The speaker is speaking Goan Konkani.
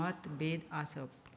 मतभेद आसप